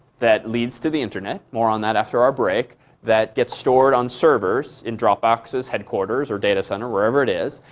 that leads to the internet more on that after our break that gets stored on servers in dropbox's headquarters, or data center, wherever it is.